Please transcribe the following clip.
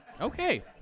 Okay